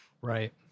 Right